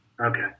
Okay